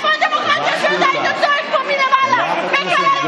(חבר הכנסת דוד אמסלם יוצא מאולם המליאה.) חברת הכנסת